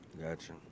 gotcha